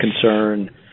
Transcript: concern